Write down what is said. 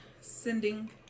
Sending